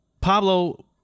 Pablo